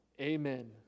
Amen